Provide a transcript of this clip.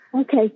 Okay